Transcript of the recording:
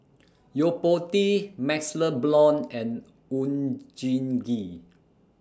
Yo Po Tee MaxLe Blond and Oon Jin Gee